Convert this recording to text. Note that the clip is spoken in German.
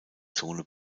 zone